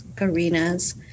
arenas